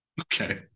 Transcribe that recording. Okay